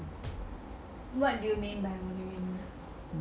what do you mean by 愿望